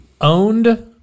owned